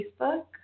Facebook